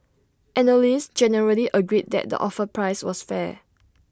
analysts generally agreed that the offer price was fair